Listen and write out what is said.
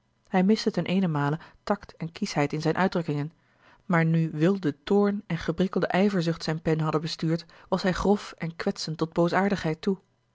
hij miste ten eenenmale tact en kieschheid in zijne uitdrukkingen maar nu wilde toorn en geprikkelde ijverzucht zijne pen hadden bestuurd was hij grof en kwetsend tot boosaardigheid toe